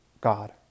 God